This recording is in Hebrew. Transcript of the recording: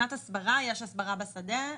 מבחינת הסברה, יש הסברה בשדה.